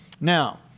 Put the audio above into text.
Now